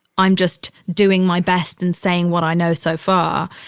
i'm just doing my best and saying what i know so far.